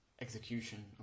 execution